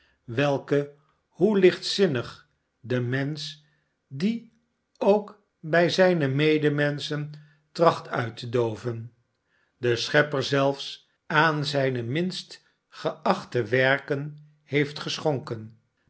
welke hoe lichtzinnig de mensch die ook bij zijne medemenschen trachtte uit te do oven de schepper zelfs aan zijne minst geachte werken heeft geschonken